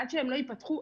עד שהם לא ייפתחו,